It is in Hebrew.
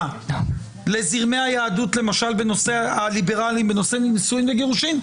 לזרמי היהדות הליברליים בנושאי נישואים וגירושים,